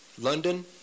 London